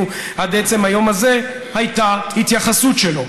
עד עצם היום הזה הייתה התייחסות שלו.